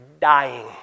dying